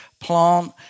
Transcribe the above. plant